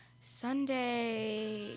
Sunday